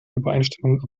übereinstimmung